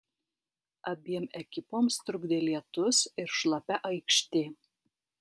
abiem ekipoms trukdė lietus ir šlapia aikštė